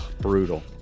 Brutal